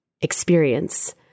experience